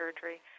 surgery